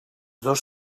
dos